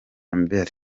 mbale